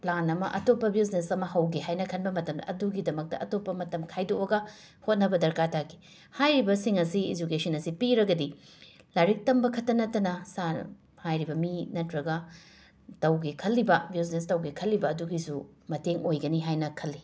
plan ꯑꯃ ꯑꯇꯣꯞꯄ business ꯑꯃ ꯍꯧꯒꯦ ꯍꯥꯏꯅ ꯈꯟꯕ ꯃꯇꯝꯗ ꯑꯗꯨꯒꯤꯗꯃꯛꯇ ꯑꯇꯣꯞꯄ ꯃꯇꯝ ꯈꯥꯏꯗꯣꯛꯑꯒ ꯍꯣꯠꯅꯕ ꯗꯔꯀꯥꯔ ꯇꯥꯈꯤ ꯍꯥꯏꯔꯤꯕꯁꯤꯡ ꯑꯁꯤ ꯏꯖꯨꯀꯦꯁꯟ ꯑꯁꯤ ꯄꯤꯔꯒꯗꯤ ꯂꯥꯏꯔꯤꯛ ꯇꯝꯕ ꯈꯛꯇ ꯅꯠꯇꯅ ꯁꯥ ꯍꯥꯏꯔꯤꯕ ꯃꯤ ꯅꯠꯇ꯭ꯔꯒ ꯇꯧꯒꯦ ꯈꯜꯂꯤꯕ ꯕꯤꯖꯅꯦꯁ ꯇꯧꯒꯦ ꯈꯜꯂꯤꯕ ꯑꯗꯨꯒꯤꯁꯨ ꯃꯇꯦꯡ ꯑꯣꯏꯒꯅꯤ ꯍꯥꯏꯅ ꯈꯜꯂꯤ